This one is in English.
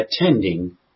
attending